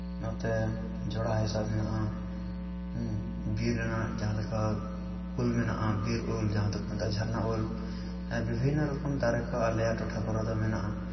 ᱱᱚᱛᱮ ᱡᱚᱲᱟ ᱦᱮᱥᱟᱜ ᱢᱮᱱᱟᱜᱼᱟ ᱦᱮᱸ ᱵᱤᱨ ᱨᱮᱱᱟᱜ ᱡᱟᱦᱟᱸ ᱞᱮᱠᱟ ᱩᱞ ᱢᱮᱱᱟᱜᱼᱟ ᱵᱤᱨ ᱩᱞ ᱡᱟᱦᱟᱸ ᱫᱚᱠᱚ ᱢᱮᱛᱟᱜᱼᱟ ᱡᱷᱟᱨᱱᱟ ᱩᱞ ᱵᱤᱵᱷᱤᱱᱱᱚ ᱨᱚᱠᱚᱢ ᱫᱟᱨᱮᱠᱚ ᱟᱞᱮᱭᱟᱜ ᱴᱚᱴᱷᱟ ᱠᱚᱨᱮ ᱫᱚ ᱢᱮᱱᱟᱜᱼᱟ